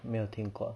没有听过